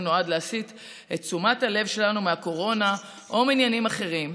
נועד להסיט את תשומת הלב שלנו מהקורונה או מעניינים אחרים.